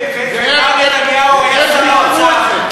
ומר נתניהו היה שר האוצר,